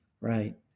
right